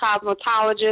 cosmetologist